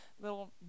little